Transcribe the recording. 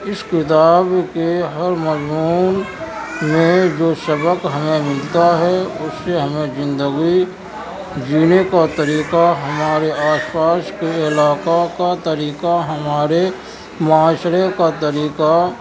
اس کتاب کے ہر مضمون میں جو سبق ہمیں ملتا ہے اس سے ہمیں زندگی جینے کا طریقہ ہمارے آس پاس کے علاقہ کا طریقہ ہمارے معاشرے کا طریقہ